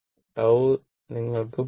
tau നിങ്ങൾക്ക് 0